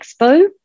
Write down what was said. expo